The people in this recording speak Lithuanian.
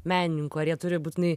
menininkų ar jie turi būtinai